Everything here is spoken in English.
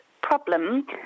problem